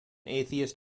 atheist